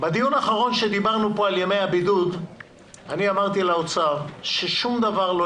בדיון האחרון כשדיברנו פה על ימי הבידוד אמרתי למשרד האוצר ששום דבר לא